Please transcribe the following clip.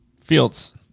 Fields